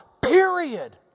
period